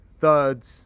thirds